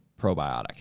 probiotic